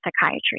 psychiatry